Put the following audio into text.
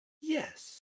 Yes